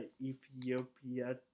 Ethiopia